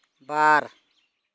ᱵᱟᱨ